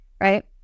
right